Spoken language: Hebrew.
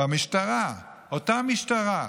והמשטרה, אותה משטרה,